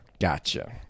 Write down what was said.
Gotcha